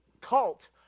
cult